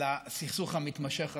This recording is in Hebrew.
לסכסוך המתמשך הזה.